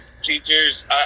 teachers